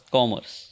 Commerce